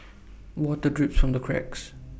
water drips from the cracks